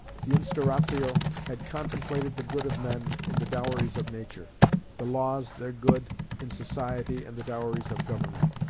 the instauratio had contemplated the good of men in the dowries of nature the laws, their good in society and the dowries of government.